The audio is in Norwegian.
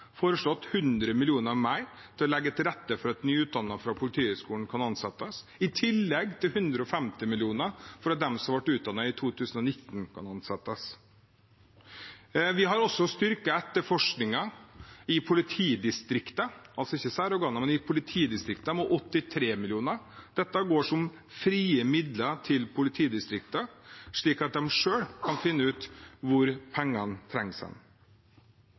foreslått 100 mill. kr mer til å legge til rette for at nyutdannede fra Politihøgskolen kan ansettes, i tillegg til 150 mill. kr for at de som ble utdannet i 2019, kan ansettes. Vi har også styrket etterforskningen i politidistriktene – altså ikke i særorganene, men i politidistriktene – med 83 mill. kr. Dette går som frie midler til politidistriktene, slik at de selv kan finne ut hvor pengene trengs.